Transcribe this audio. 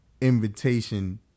invitation